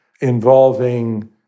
involving